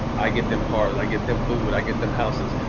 i get them cars. i get them food. i get them houses.